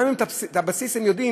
גם אם את הבסיס הם יודעים,